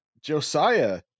Josiah